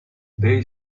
they